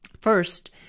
First